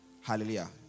hallelujah